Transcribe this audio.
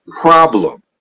problem